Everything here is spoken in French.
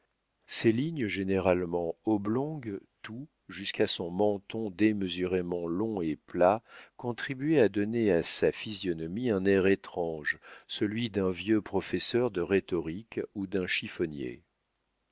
ses lignes généralement oblongues tout jusqu'à son menton démesurément long et plat contribuait à donner à sa physionomie un air étrange celui d'un vieux professeur de rhétorique ou d'un chiffonnier